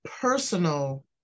personal